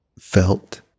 felt